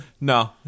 No